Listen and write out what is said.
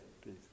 please